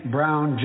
Brown